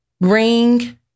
ring